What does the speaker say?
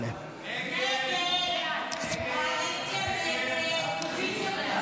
8. הסתייגות 8 לא